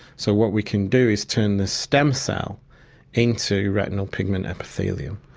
so what we can do is turn the stem cell into retinal pigment epithelium.